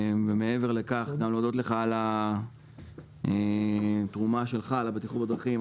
מעבר לכך אני רוצה גם להודות לך על התרומה שלך לבטיחות בדרכים.